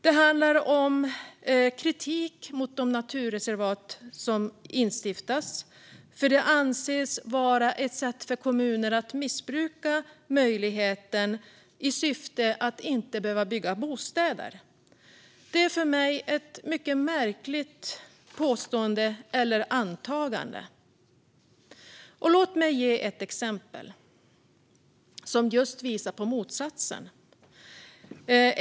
Det handlar om kritik mot de naturreservat som instiftas. Det anses att kommuner missbrukar denna möjlighet i syfte att inte behöva bygga bostäder. Det är för mig ett mycket märkligt påstående eller antagande. Låt mig ge ett exempel som visar på motsatsen.